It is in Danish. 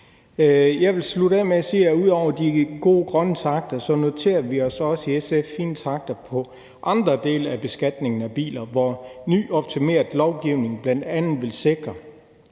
Jeg vil slutte af med at sige, at vi i SF ud over de gode grønne takter også noterer os fine takter i forhold til andre dele af beskatningen af biler, hvor ny, optimeret lovgivning bl.a. vil sikre